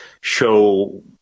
show